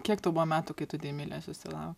kiek tau buvo metų kai tu deimilės susilau